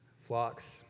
flocks